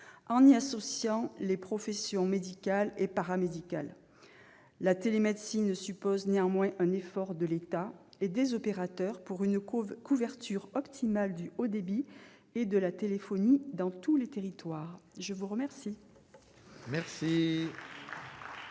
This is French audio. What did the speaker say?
en y associant les professions médicales et paramédicales ? La télémédecine suppose néanmoins un effort de l'État et des opérateurs pour une couverture optimale du haut débit et de la téléphonie dans tous les territoires. La parole est à M.